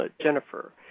Jennifer